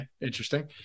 interesting